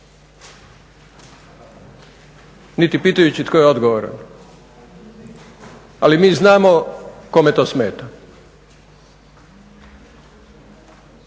niti pitajući tko je odgovoran, ali mi znamo kome to smeta.